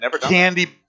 candy